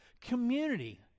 Community